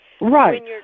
right